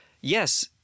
yes